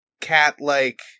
Cat-like